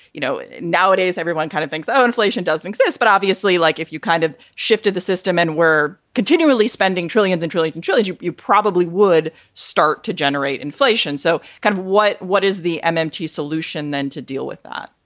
you know, nowadays everyone kind of thinks, oh, inflation doesn't exist. but obviously, like, if you kind of shifted the system and were continually spending trillions and trillions trilogy, you probably would start to generate inflation. so kind of what what is the um um mmt solution then to deal with that?